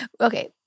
Okay